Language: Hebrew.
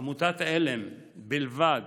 עמותת עלם בלבד